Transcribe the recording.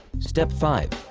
step five.